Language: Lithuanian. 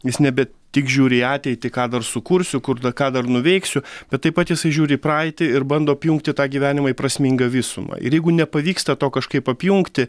jis nebe tik žiūri į ateitį ką dar sukursiu kur dar ką dar nuveiksiu bet taip pat jisai žiūri į praeitį ir bando apjungti tą gyvenimą į prasmingą visumą ir jeigu nepavyksta to kažkaip apjungti